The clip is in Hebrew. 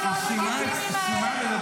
העיקר שעופר כסיף יושב פה.